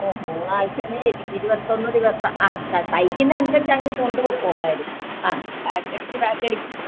ഓ മൂന്ന് ആഴ്ച എങ്കിൽ ഇരുപത്തൊന്ന് ദിവസം ആ തയ്ക്കുന്നത് അനുസരിച്ച് അങ്ങ് കൊണ്ട് പോയിക്കോ എതായാലും ആ ബാക്ക് അടിച്ച് ബാക്ക് അടിച്ച്